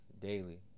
daily